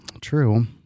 True